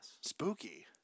Spooky